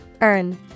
Earn